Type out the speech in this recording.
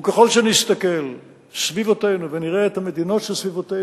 וככל שנסתכל על סביבותינו ונראה את המדינות שסביבנו,